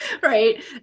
right